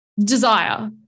desire